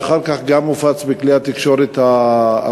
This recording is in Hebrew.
ואחר כך גם הופץ בכלי התקשורת הארציים,